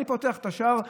אני פותח את השער,